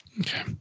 Okay